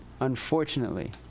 unfortunately